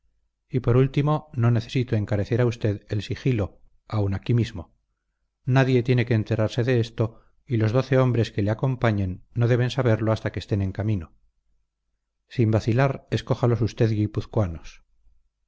y por último no necesito encarecer a usted el sigilo aun aquí mismo nadie tiene que enterarse de esto y los doce hombres que le acompañen no deben saberlo hasta que estén en camino sin vacilar escójalos usted guipuzcoanos he